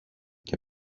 και